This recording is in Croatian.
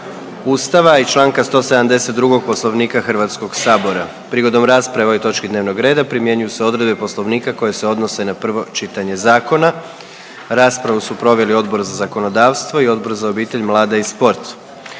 Ustava i čl. 172. Poslovnika Hrvatskog sabora. Prigodom rasprave o ovoj točci dnevnog reda primjenjuju se odredbe poslovnika koje se odnose na prvo čitanje zakona. Raspravu su proveli Odbor za zakonodavstvo i Odbor za obitelj, mlade i sport.